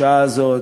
בשעה הזאת,